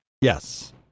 Yes